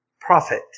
prophet